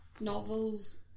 novels